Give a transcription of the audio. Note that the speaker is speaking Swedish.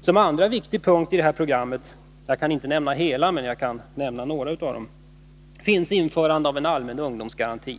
Som andra viktig punkt i programmet — jag kan inte nämna alla — finns införande av en allmän ungdomsgaranti.